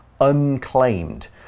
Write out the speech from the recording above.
unclaimed